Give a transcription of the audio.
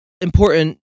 important